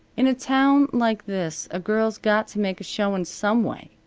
in a town like this a girl's got to make a showin' some way.